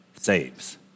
saves